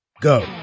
go